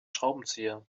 schraubenzieher